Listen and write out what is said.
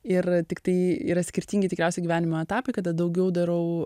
ir tiktai yra skirtingi tikriausiai gyvenimo etapai kada daugiau darau